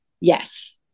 yes